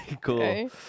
cool